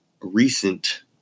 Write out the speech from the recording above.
recent